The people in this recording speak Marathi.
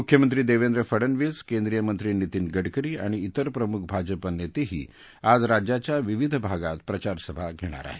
मुख्यमंत्री देवेंद्र फडनवीस केंद्रीयमंत्री नितीन गडकरी आणि तिर प्रमुख भाजपानेतेही आज राज्याच्या विविध भागात प्रचारसभा घेणार आहेत